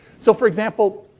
so, for example,